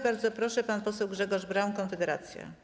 Bardzo proszę, pan poseł Grzegorz Braun, Konfederacja.